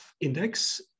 INDEX